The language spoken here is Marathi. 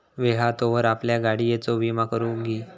वेळ हा तोवर आपल्या गाडियेचो विमा करून घी